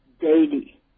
daily